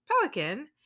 pelican